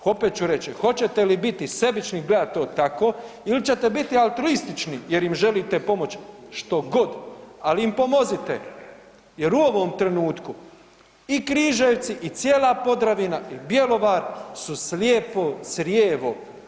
Opet ću reći, hoćete li biti sebični i gledati to tako ili ćete biti altruistični jer im želite pomoći, što god, ali im pomozite jer u ovom trenutku i Križevci i cijela Podravina i Bjelovar su slijepo crijevo.